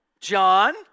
John